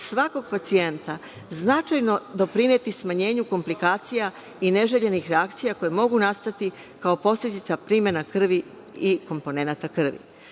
svakog pacijenta značajno doprineti smanjenju komplikacija i neželjenih reakcija koje mogu nastati kao posledica primena krvi i komponenata